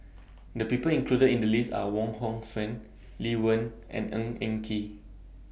The People included in The list Are Wong Hong Suen Lee Wen and Ng Eng Kee